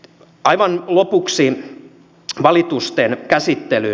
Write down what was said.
aivan lopuksi valitusten käsittelyyn